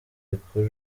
rikuru